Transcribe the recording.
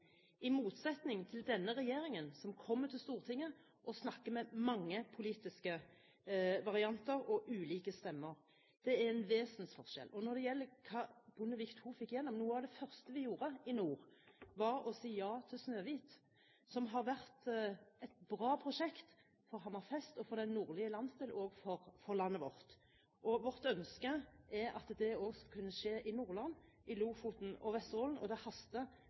i motsetning til denne regjeringen, som kommer til Stortinget og snakker med mange politiske varianter av ulike stemmer. Det er en vesensforskjell. Og når det gjelder hva Bondevik II fikk igjennom: Noe av det første vi gjorde i nord, var å si ja til Snøhvit, som har vært et bra prosjekt for Hammerfest, for den nordlige landsdel og for landet vårt. Vårt ønske er at det også skal kunne skje i Nordland, i Lofoten og i Vesterålen. Og det haster